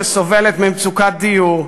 שסובלת ממצוקת דיור,